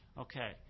Okay